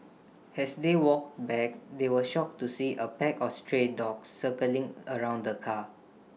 as they walked back they were shocked to see A pack of stray dogs circling around the car